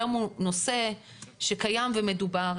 היום הוא נושא שקיים ומדובר.